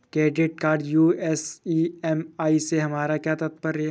Credit card use EMI से हमारा क्या तात्पर्य है?